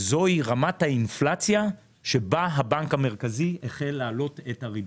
זו רמת האינפלציה שבה הבנק המרכזי החל להעלות את הריבית.